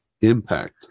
impact